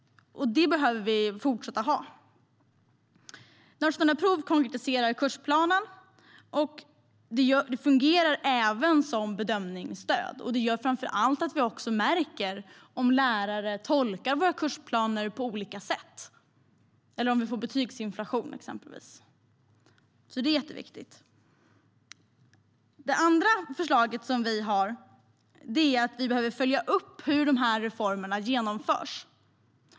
Detta behöver vi fortsätta ha. Nationella prov konkretiserar kursplanen och fungerar även som bedömningsstöd. Det gör framför allt att vi också märker om lärare tolkar våra kursplaner på olika sätt eller om vi får betygsinflation, till exempel. Det är jätteviktigt. Vårt andra förslag är att vi behöver följa upp hur de här reformerna genomförs.